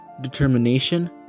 determination